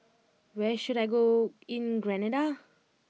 where should I go in Grenada